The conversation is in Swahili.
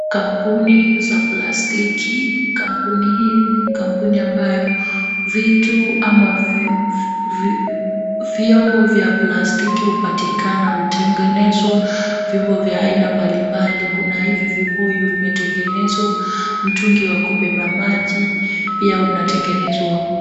Kampuni ya plastiki. Kampuni hii ni kampuni ambayo vitu ama vyombo vya plastiki hupatikana, hutengenezwa vyombo vya aina mbalimbali. Kuna hivi vibuyu vimetengenezwa, mtungi wa kubeba maji pia unatengenezwa humu.